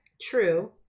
True